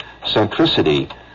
centricity